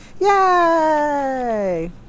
Yay